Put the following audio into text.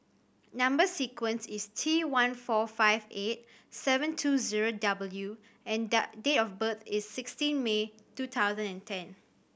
number sequence is T one four five eight seven two zero W and date of birth is sixteen May two thousand and ten